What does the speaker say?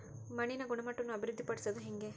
ಮಣ್ಣಿನ ಗುಣಮಟ್ಟವನ್ನು ಅಭಿವೃದ್ಧಿ ಪಡಿಸದು ಹೆಂಗೆ?